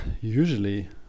Usually